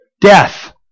Death